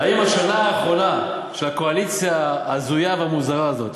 האם השנה האחרונה של הקואליציה ההזויה והמוזרה הזאת,